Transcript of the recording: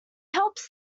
helps